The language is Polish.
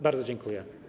Bardzo dziękuję.